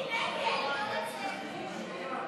חופשת הורה בגיוס ילדו),